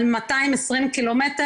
על 220 ק"מ,